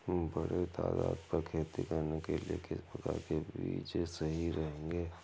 बड़े तादाद पर खेती करने के लिए किस प्रकार के बीज सही रहेंगे?